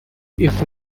ifu